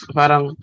parang